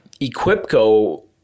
Equipco